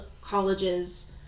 college's